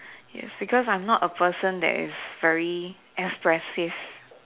yes because I'm not a person that is very expressive